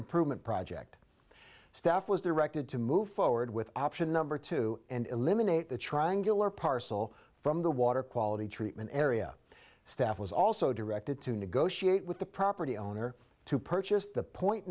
improvement project staff was directed to move forward with option number two and eliminate the triangular parcel from the water quality treatment area staff was also directed to negotiate with the property owner to purchase the point